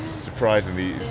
surprisingly